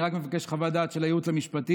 אני רק מבקש חוות של הייעוץ המשפטי: